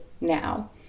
now